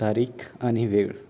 तारीख आनी वेळ